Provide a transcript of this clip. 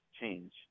change